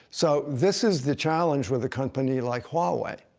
so this is the challenge with a company like huawei.